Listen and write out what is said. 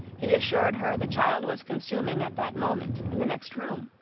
he assured her the child was consuming at that moment in the next room.